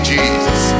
Jesus